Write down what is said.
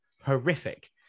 horrific